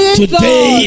today